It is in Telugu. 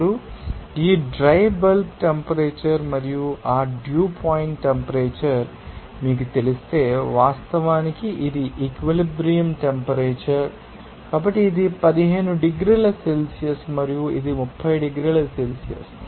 ఇప్పుడు ఈ డ్రై బల్బ్ టెంపరేచర్ మరియు ఆ డ్యూ పాయింట్ టెంపరేచర్ మీకు తెలిస్తే వాస్తవానికి ఇది ఈక్విలిబ్రియం టెంపరేచర్ కాబట్టి ఇది 15 డిగ్రీల సెల్సియస్ మరియు ఇది 30 డిగ్రీల సెల్సియస్